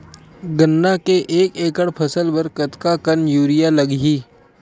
गन्ना के एक एकड़ फसल बर कतका कन यूरिया लगही?